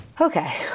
okay